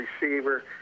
receiver